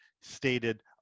stated